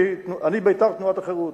אני בית"ר תנועת החרות.